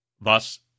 Thus